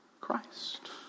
christ